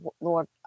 Lord